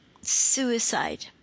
suicide